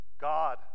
God